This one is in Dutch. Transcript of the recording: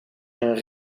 een